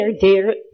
dear